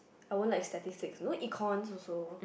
I won't like statistics you know econs also